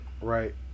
right